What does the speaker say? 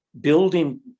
building